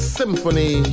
symphony